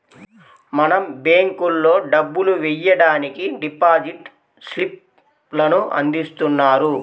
మనం బ్యేంకుల్లో డబ్బులు వెయ్యడానికి డిపాజిట్ స్లిప్ లను అందిస్తున్నారు